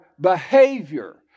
behavior